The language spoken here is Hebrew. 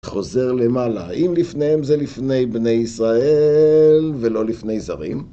חוזר למעלה, האם לפניהם זה לפני בני ישראל ולא לפני זרים?